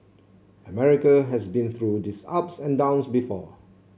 America has been through these ups and downs before